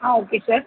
ah okay sir